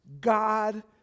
God